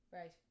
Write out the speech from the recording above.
right